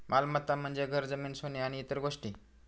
मालमत्ता म्हणजे घर, जमीन, सोने आणि इतर गोष्टी